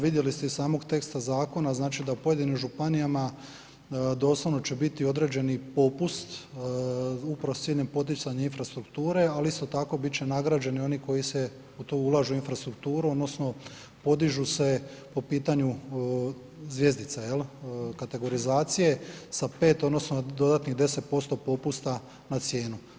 Vidjeli ste iz samog teksta zakona, znači da u pojedinim županijama doslovno će biti određeni popust upravo s ciljem poticanja infrastrukture, ali isto tako bit će nagrađeni i oni koji se u to ulažu infrastrukturu odnosno podižu se po pitanju zvjezdica jel, kategorizacije sa 5 odnosno dodatnih 10% popusta na cijenu.